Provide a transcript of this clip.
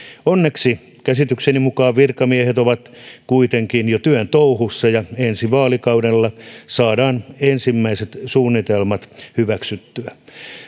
onneksi käsitykseni mukaan virkamiehet ovat kuitenkin jo työn touhussa ja ensi vaalikaudella saadaan ensimmäiset suunnitelmat hyväksyttyä